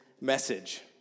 message